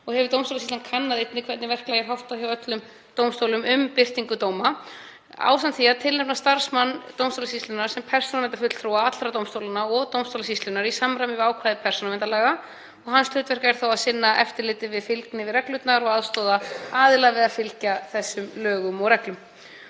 og hefur dómstólasýslan einnig kannað hvernig verklagi er háttað hjá öllum dómstólum um birtingu dóma, ásamt því að tilnefna starfsmann dómstólasýslunnar sem persónuverndarfulltrúa allra dómstólanna og dómstólasýslunnar í samræmi við ákvæði persónuverndarlaga. Hlutverk hans er þá að sinna eftirliti við fylgni við reglurnar og aðstoða aðila við að fylgja þeim lögum og reglum.